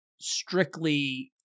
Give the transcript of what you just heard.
strictly